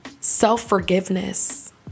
self-forgiveness